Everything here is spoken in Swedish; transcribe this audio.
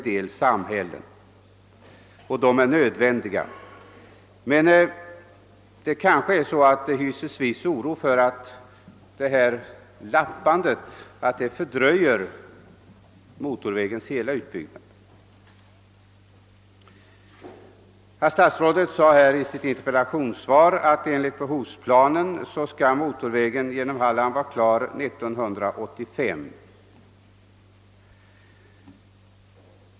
Dessa är givetvis nödvändiga, men på sina håll hyser man nog en viss oro för att detta sätt att lappa på vägen fördröjer utbyggnaden av motorvägen i sin helhet. Herr statsrådet sade i interpellationssvaret att enligt behovsplanen skall motorvägen genom Halland vara klar 1985.